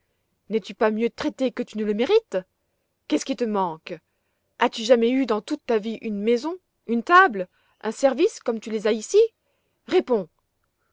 n'es-tu pas mieux traitée que tu ne le mérites qu'est-ce qui te manque as-tu jamais eu dans toute ta vie une maison une table un service comme tu les as ici réponds